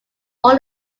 all